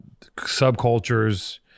subcultures